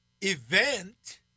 event